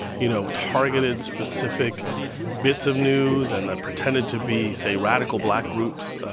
you know, targeted specific bits of news and that pretended to be, say, radical black groups.